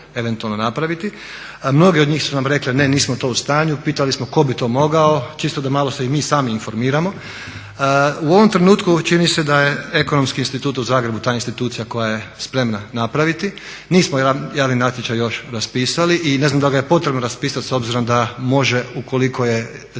Mnoge od njih su nam rekle ne, nismo to u stanju. Pitali smo tko bi to mogao, čisto da malo se i mi sami informiramo. U ovom trenutku čini se da je Ekonomski institut u Zagrebu ta institucija koja je spremna napraviti. Nismo javni natječaj još raspisali i ne znam da li ga je potrebno raspisati s obzirom da može ukoliko je cijena